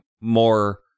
more